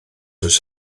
oes